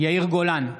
יאיר גולן,